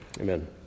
Amen